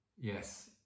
Yes